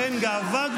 בושה,